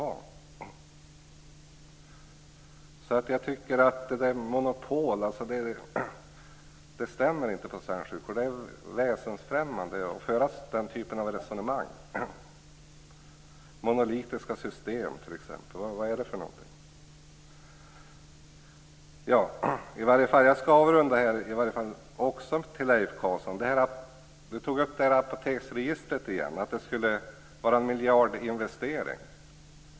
Jag tycker att monopol inte stämmer in på svensk sjukvård. Det är väsensfrämmande att föra den typen av resonemang. Monolitiska system t.ex. - vad är det? Jag skall avrunda med att återigen vända mig till Leif Carlson. Han tog upp apoteksregistret och sade att det skulle vara en miljardinvestering.